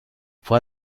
fue